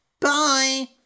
Bye